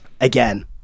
again